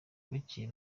bukeye